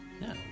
No